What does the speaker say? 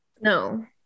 no